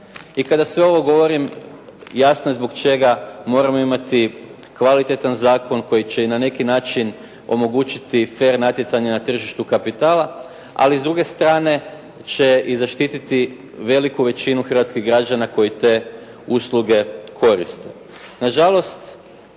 I kada sve ovo govorim jasno je zbog čega moramo imati kvalitetan zakon koji će na neki način omogućiti fer natjecanja na tržištu kapitala, ali s druge strane će i zaštititi veliku većinu hrvatskih građana koji te usluge koriste.